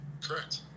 Correct